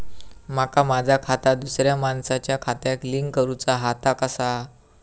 माका माझा खाता दुसऱ्या मानसाच्या खात्याक लिंक करूचा हा ता कसा?